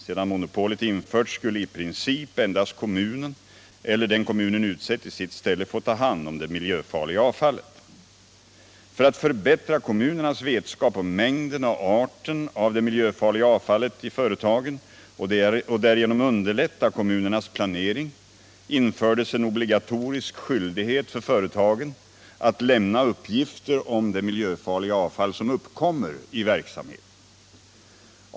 Sedan monopolet införts skulle i princip endast kommunen eller den kommunen utsett i sitt ställe få ta hand om det miljöfarliga avfallet. För att förbättra kommunernas vetskap om mängden och arten av det miljöfarliga avfallet i företagen och därigenom underlätta kommunernas planering infördes en obligatorisk skyldighet för företagen att lämna uppgifter om det miljöfarliga avfall som uppkommer i verksamheten.